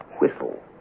Whistle